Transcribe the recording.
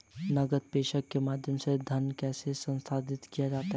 नकद प्रेषण के माध्यम से धन कैसे स्थानांतरित किया जाता है?